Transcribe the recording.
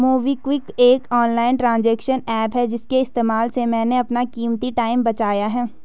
MobiKwik एक online transaction app है इसके इस्तेमाल से मैंने अपना कीमती टाइम बचाया है